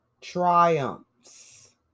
triumphs